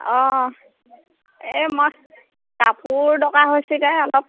অঁ এই মই কাপোৰ দোকান গৈছিলে অলপ